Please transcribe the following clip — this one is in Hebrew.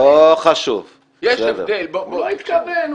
יש הבדל --- הוא לא התכוון.